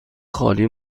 خالی